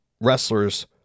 wrestlers